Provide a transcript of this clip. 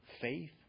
Faith